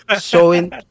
showing